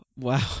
Wow